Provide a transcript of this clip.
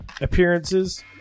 appearances